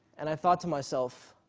and i thought to myself,